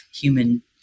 human